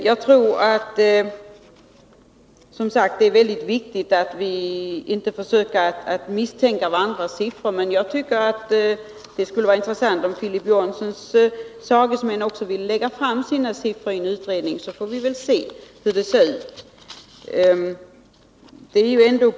Jag tror som sagt att det är mycket viktigt att vi inte försöker ifrågasätta varandras siffror, men det skulle vara intressant om Filip Johanssons sagesmän ville lägga fram sina siffror i en utredning, så att vi får möjlighet att studera dem.